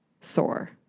sore